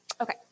Okay